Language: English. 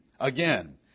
Again